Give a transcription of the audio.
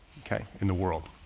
okay. in the world.